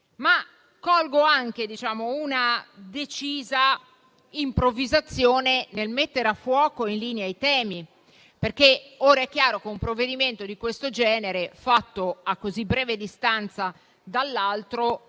ma colgo anche una decisa improvvisazione nel mettere a fuoco e in linea i temi. È chiaro infatti che un provvedimento di questo genere, a così breve distanza dall’altro,